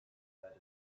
lead